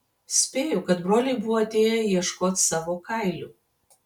spėju kad broliai buvo atėję ieškot savo kailių